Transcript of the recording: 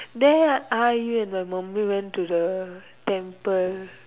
then I you and your mummy went to the temple